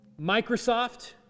Microsoft